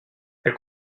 elle